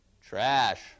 trash